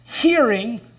hearing